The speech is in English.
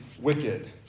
wicked